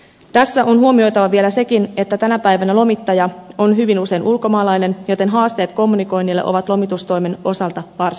tässä on huomioitava vielä sekin että tänä päivänä lomittaja on hyvin usein ulkomaalainen joten haasteet kommunikoinnille ovat lomitustoimen osalta varsin suuret